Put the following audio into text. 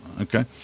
Okay